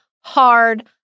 hard